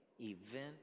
event